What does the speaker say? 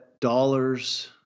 dollars